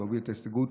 שהובילה את ההסתייגות,